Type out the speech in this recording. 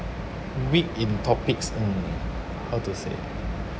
weak in topics mm how to say